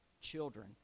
children